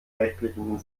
rechtlichen